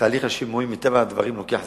תהליך השימועים, מטבע הדברים, לוקח זמן.